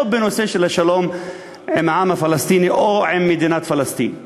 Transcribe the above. או בנושא של השלום עם הפלסטינים או עם מדינת פלסטין.